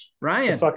Ryan